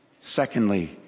Secondly